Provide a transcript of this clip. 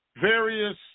various